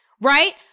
right